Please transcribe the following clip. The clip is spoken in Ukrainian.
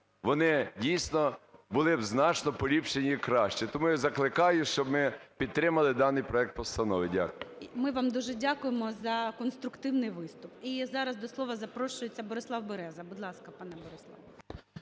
вони, дійсно, були б значно поліпшені і кращі. Тому я закликаю, щоб ми підтримали даний проект постанови. Дякую. ГОЛОВУЮЧИЙ. Ми вам дуже дякуємо за конструктивний виступ. І зараз до слова запрошується Борислав Береза. Будь ласка, пане Бориславе.